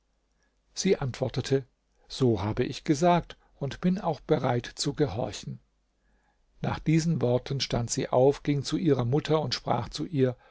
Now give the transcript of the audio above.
sie antwortete so habe ich gesagt und bin auch bereit zu gehorchen nach diesen worten stand sie auf ging zu ihrer mutter und sprach zu ihr